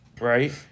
right